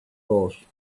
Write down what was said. forced